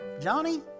Johnny